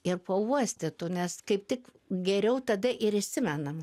ir pauostytų nes kaip tik geriau tada ir įsimenamam